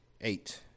Eight